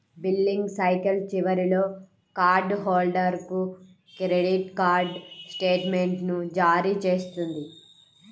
billing cycle చివరిలో card హోల్డర్కు credit card స్టేట్మెంట్ను జారీ చేస్తుంది